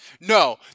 No